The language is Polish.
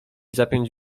zapiąć